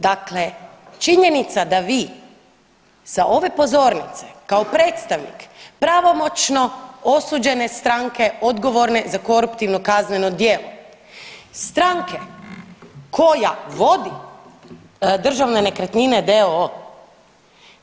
Dakle, činjenica da vi sa ove pozornice kao predstavnik pravomoćno osuđene stranke odgovorne za koruptivno kazneno djelo, stranke koja vodi Državne nekretnine d.o.o.